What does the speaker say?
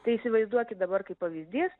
tai įsivaizduokit dabar kaip pavyzdys